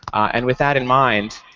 and with that in mind,